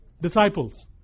disciples